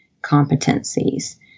competencies